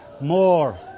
more